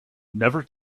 never